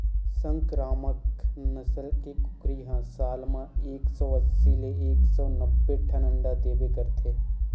संकरामक नसल के कुकरी ह साल म एक सौ अस्सी ले एक सौ नब्बे ठन अंडा देबे करथे